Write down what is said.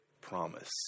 promise